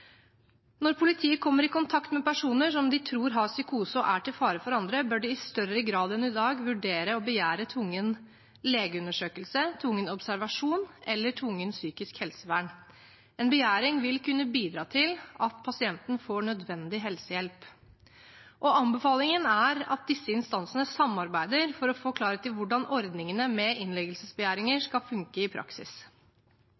er til fare for andre, bør de i større grad enn i dag vurdere å begjære tvungen legeundersøkelse, tvungen observasjon eller tvungent psykisk helsevern. En begjæring vil kunne bidra til at pasienten får nødvendig helsehjelp. Anbefalingen er at disse instansene samarbeider for å få klarhet i hvordan ordningene med innleggelsesbegjæringer